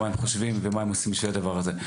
מה הם חושבים ומה הם עושים בשביל הדבר הזה?